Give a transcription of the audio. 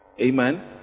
Amen